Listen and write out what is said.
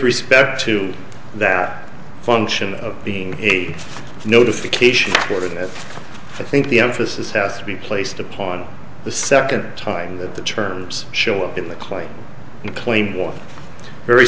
respect to that function of being a notification order that i think the emphasis has to be placed upon the second time that the terms show up in the